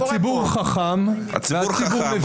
הציבור חכם והציבור מבין.